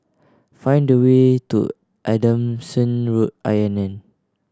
find the way to Adamson Road I N N